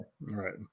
Right